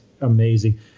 amazing